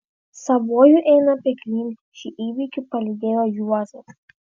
savuoju eina peklon šį įvykį palydėjo juozas